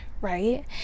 right